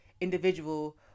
individual